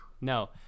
no